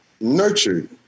nurtured